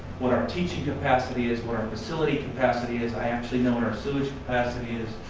what our teaching capacity is, what our facility capacity is. i actually know what our sewage capacity is.